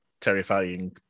terrifying